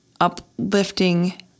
uplifting